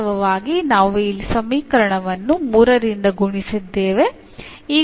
ವಾಸ್ತವವಾಗಿ ನಾವು ಇಲ್ಲಿ ಸಮೀಕರಣವನ್ನು 3 ರಿಂದ ಗುಣಿಸಿದ್ದೇವೆ